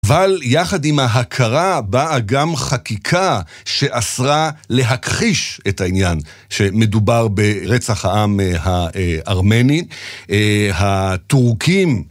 אבל יחד עם ההכרה באה גם חקיקה שאסרה להכחיש את העניין שמדובר ברצח העם הארמני. התורכים